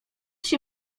się